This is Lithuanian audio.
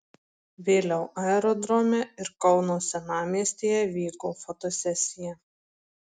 vėliau aerodrome ir kauno senamiestyje vyko fotosesija